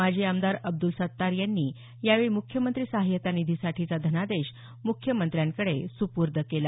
माजी आमदार अब्द्ल सत्तार यांनी यावेळी मुख्यमंत्री सहायता निधीसाठीचा धनादेश मुख्यमंत्र्यांकडे सुपूर्द केला